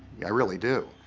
yeah i really do